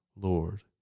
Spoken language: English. Lord